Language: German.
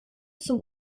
zum